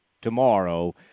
tomorrow